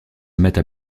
mettent